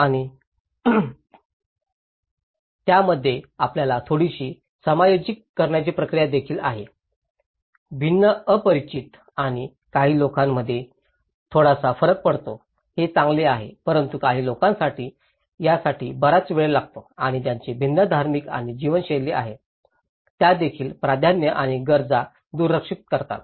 आणि त्यामध्ये आपल्याला थोडीशी समायोजित करण्याची प्रक्रिया देखील आहे भिन्न अपरिचित आणि काही लोकांमध्ये थोडासा फरक पडतो हे चांगले आहे परंतु काही लोकांसाठी यासाठी बराच वेळ लागतो आणि ज्यांचे भिन्न धार्मिक आणि जीवनशैली आहेत त्या देखील प्राधान्ये आणि गरजा दुर्लक्षित करतात